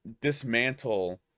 dismantle